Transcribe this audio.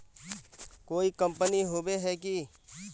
कोई कंपनी होबे है की?